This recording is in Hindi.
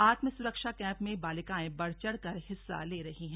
आत्मसुरक्षा कैंप में बालिकाएं बढ़चढ़ कर हिस्सा ले रही हैं